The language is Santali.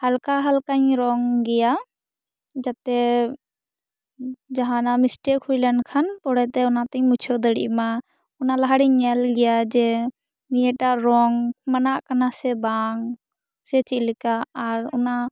ᱦᱟᱞᱠᱟ ᱦᱟᱞᱠᱟᱧ ᱨᱚᱝ ᱜᱮᱭᱟ ᱡᱟᱛᱮ ᱡᱟᱦᱟᱱᱟᱜ ᱢᱤᱥᱴᱮᱹᱠ ᱦᱩᱭ ᱞᱮᱱᱠᱷᱟᱱ ᱯᱚᱨᱮ ᱛᱮ ᱚᱱᱟᱛᱤᱧ ᱢᱩᱪᱷᱟᱹᱣ ᱫᱟᱲᱮᱜ ᱢᱟ ᱚᱱᱟ ᱞᱟᱦᱟ ᱨᱮᱧ ᱧᱮᱞ ᱜᱮᱭᱟ ᱡᱮ ᱱᱤᱭᱟᱹᱴᱟᱜ ᱨᱚᱝ ᱢᱟᱱᱟᱜ ᱠᱟᱱᱟ ᱥᱮ ᱵᱟᱝ ᱥᱮ ᱪᱮᱫ ᱞᱮᱠᱟ ᱟᱨ ᱚᱱᱟ